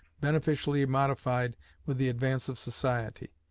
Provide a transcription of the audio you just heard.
beneficially modified with the advance of society,